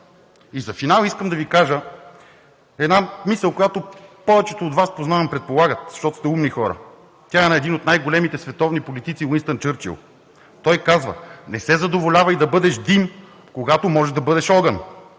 За финал искам да Ви кажа една мисъл, която повече от Вас познават, предполагам, защото са умни хора. Тя е на един от най големите световни политици – Уинстън Чърчил, и той казва: „Не се задоволявай да бъдеш дим, когато можеш да бъдеш огън!“